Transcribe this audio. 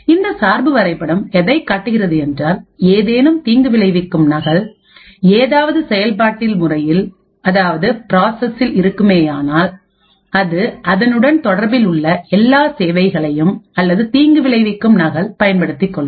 இந்த சார்பு வரைபடம் எதைக் காட்டுகிறது என்றால் ஏதேனும் தீங்கு விளைவிக்கும் நகல் ஏதாவது செயல்பாட்டில் முறையில் அதாவது பிராஸ்ஸில் இருக்குமேயானால் அது அதனுடன் தொடர்பில் உள்ள எல்லா சேவைகளையும் அந்த தீங்குவிளைவிக்கும் நகல் பயன்படுத்திக்கொள்ளும்